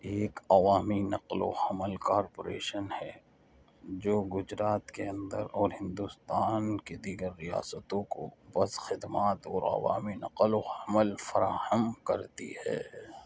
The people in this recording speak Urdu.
ایک عوامی نقل و حمل کارپوریشن ہے جو گجرات کے اندر اور ہندوستان کے دیگر ریاستوں کو بس خدمات اور عوامی نقل و حمل فراہم کرتی ہے